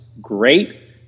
great